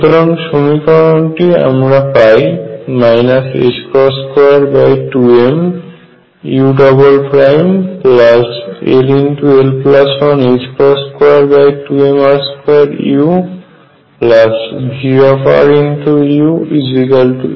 সুতরাং সমীকরণটি আমরা পাই 22mull122mr2uVruEu